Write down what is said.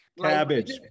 cabbage